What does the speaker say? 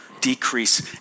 decrease